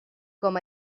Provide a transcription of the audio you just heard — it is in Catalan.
com